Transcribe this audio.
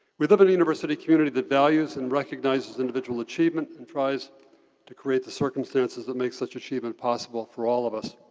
we live in a university community that values and recognizes individual achievement and tries to create the circumstances that make such achievement possible for all of us.